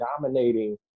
dominating